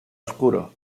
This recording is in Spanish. oscuro